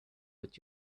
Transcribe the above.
would